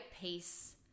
peace